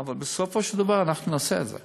אבל בסופו של דבר אנחנו נעשה את זה.